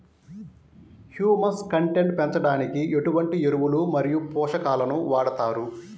Humus content పెంచడానికి ఎటువంటి ఎరువులు మరియు పోషకాలను వాడతారు?